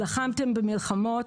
לחמתם במלחמות,